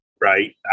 right